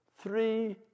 three